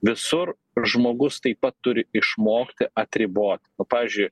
visur žmogus taip pat turi išmokti atriboti nu pavyzdžiui